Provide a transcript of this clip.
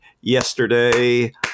Yesterday